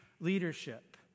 leadership